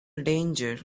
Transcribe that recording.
danger